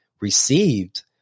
received